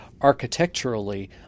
architecturally